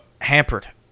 hampered